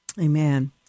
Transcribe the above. amen